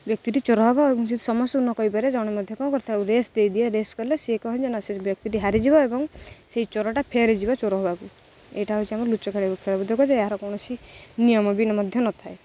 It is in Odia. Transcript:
ବ୍ୟକ୍ତିଟି ଚୋର ହେବ ଏବଂ ଯଦି ସେ ସମସ୍ତଙ୍କୁ ନ କହିପାରେ ଜଣେ ମଧ୍ୟ କ'ଣ କରିଥାଉ ରେଷ୍ଟ୍ ଦେଇଦିଏ ରେଷ୍ଟ୍ କଲେ ସେ କ'ଣ ଯେ ନା ସେ ବ୍ୟକ୍ତିଟି ହାରିଯିବ ଏବଂ ସେଇ ଚୋରଟା ଫେରେ ଯିବ ଚୋର ହେବାକୁ ଏଇଟା ହେଉଛି ଆମର ଲୁଚକାଳି ଖେଳ ଖେଳ ଯେ ଏହାର କୌଣସି ନିୟମ ବି ମଧ୍ୟ ନଥାଏ